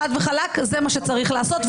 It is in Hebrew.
חד וחלק זה מה שצריך לעשות,